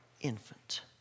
infant